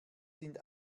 sind